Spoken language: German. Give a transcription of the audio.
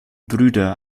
brüder